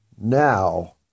now